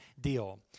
deal